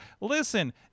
Listen